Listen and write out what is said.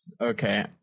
Okay